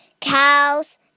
Cows